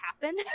happen